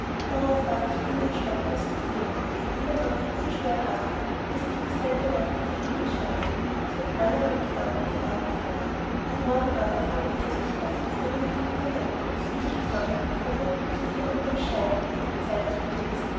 darauf ward ich wieder ins stockhaus geführet jedermann kann unschwer erachten daß ich dieselbe nacht nicht viel geschlafen sondern allerhand gedanken gehabt habe den morgen aber kamen etliche offizierer mit dem kornett so mich gefangen bekommen zu mir unterm schein mir die zeit zu kürzen